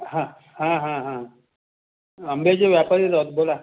हां हां हां हां आंब्याचे व्यापारीच आहोत बोला